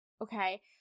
okay